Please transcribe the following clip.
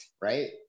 right